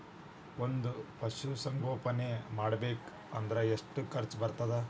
ಒಂದ್ ಪಶುಸಂಗೋಪನೆ ಮಾಡ್ಬೇಕ್ ಅಂದ್ರ ಎಷ್ಟ ಖರ್ಚ್ ಬರತ್ತ?